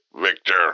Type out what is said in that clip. Victor